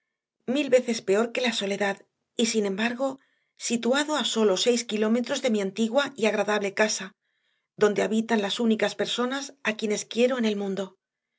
inhospitalario milveces peor que la soledad y sin embargo situado a sólo seis kilómetros de miantigua y agradable casa dondehabitan lasúnicaspersonasa quienesquiero en elmundo